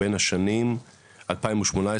בין השנים 2018-2021,